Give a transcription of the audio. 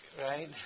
right